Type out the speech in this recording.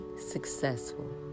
successful